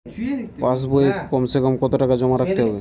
পাশ বইয়ে কমসেকম কত টাকা জমা রাখতে হবে?